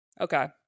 Okay